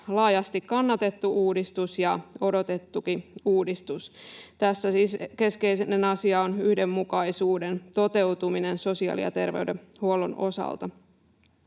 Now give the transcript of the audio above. laajasti kannatettu ja odotettukin uudistus. Tässä siis keskeinen asia on yhdenmukaisuuden toteutuminen sosiaali- ja terveydenhuollon osalta.